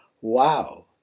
Wow